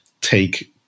take